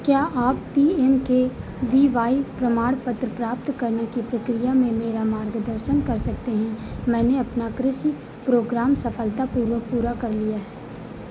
क्या आप P M K V Y प्रमाण पत्र प्राप्त करने की प्रक्रिया में मेरा मार्गदर्शन कर सकते हैं मैंने अपना कृषि प्रोग्राम सफलतापूर्वक पूरा कर लिया